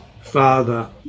father